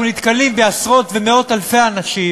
אנחנו נתקלים בעשרות ומאות אלפי אנשים